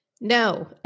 No